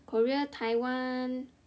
Korea Taiwan